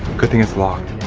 good thing it's locked.